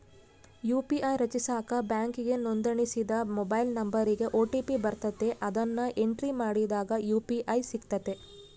UPI ರಚಿಸಾಕ ಬ್ಯಾಂಕಿಗೆ ನೋಂದಣಿಸಿದ ಮೊಬೈಲ್ ನಂಬರಿಗೆ ಓ.ಟಿ.ಪಿ ಬರ್ತತೆ, ಅದುನ್ನ ಎಂಟ್ರಿ ಮಾಡಿದಾಗ ಯು.ಪಿ.ಐ ಸಿಗ್ತತೆ